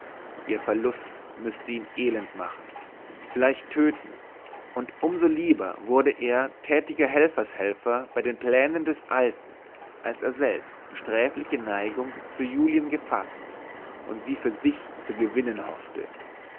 ihr verlust müßte ihn elend machen vielleicht töten und um so lieber wurde er tätiger helfershelfer bei den plänen des alten als er selbst sträfliche neigung zu julien gefaßt und sie für sich zu gewinnen hoffte